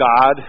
God